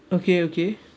okay okay